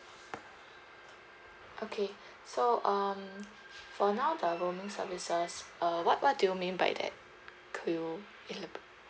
okay so um for now the roaming services uh what what do you mean by that could you elabora~